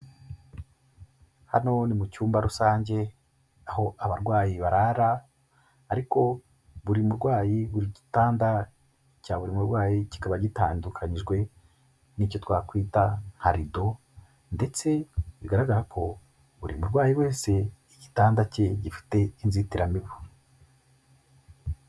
Hano ni mu cyumba rusange, aho abarwayi barara, ariko buri murwayi, buri gitanda cya buri murwayi kikaba gitandukanijwe n'icyo twakwita nka rido, ndetse bigaragara ko buri murwayi wese igitanda cye gifite inzitiramibu.